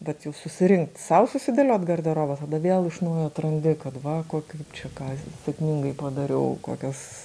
vat jau susirinkt sau susidėliot garderobą tada vėl iš naujo atrandi kad va ko kaip čia ką sėkmingai padariau kokios